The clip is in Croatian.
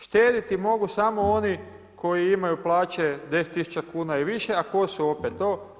Štediti mogu samo oni koji imaju plaće 10.000 kuna i više, a ko su opet to?